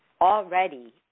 already